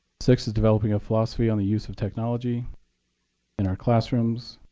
six is developing a philosophy on the use of technology in our classrooms.